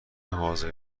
حاضر